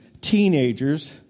teenagers